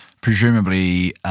Presumably –